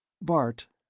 bart,